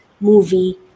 movie